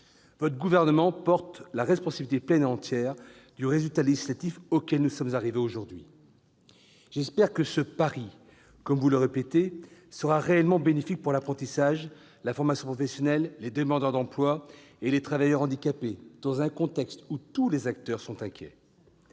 Votre gouvernement porte la responsabilité pleine et entière du résultat législatif auquel nous sommes arrivés aujourd'hui. J'espère que ce « pari », comme vous le répétez, sera réellement bénéfique pour l'apprentissage, la formation professionnelle, les demandeurs d'emploi et les travailleurs handicapés, dans un contexte où tous les acteurs sont inquiets.